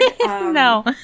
no